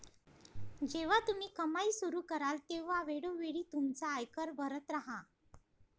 जेव्हा तुम्ही कमाई सुरू कराल तेव्हा वेळोवेळी तुमचा आयकर भरत राहा